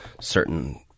certain